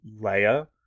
leia